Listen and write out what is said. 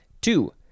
Two